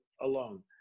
alone